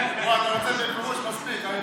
לא, אני עושה לך עם הראש: מספיק, תרד,